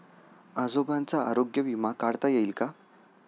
आजोबांचा आरोग्य विमा काढता येईल का?